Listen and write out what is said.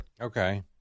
Okay